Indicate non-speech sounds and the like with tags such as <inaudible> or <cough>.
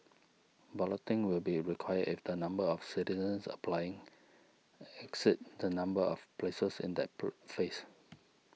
balloting will be required if the number of citizens applying exceeds the number of places in that <unintelligible> phase